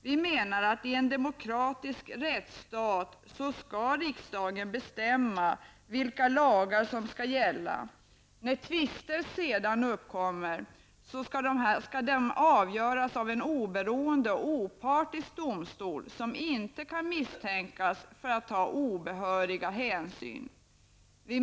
Vi menar att i en demokratisk rättsstat skall riksdagen bestämma vilka lagar som skall gälla. När tvister sedan uppkommer skall de avgöras av en oberoende och opartisk domstol som inte kan misstänkas för att ta obehöriga hänsyn.